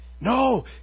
no